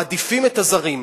מעדיפים את הזרים.